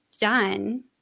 done